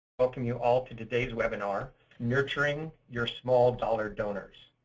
welcome you all to today's webinar nurturing your small-dollar donors.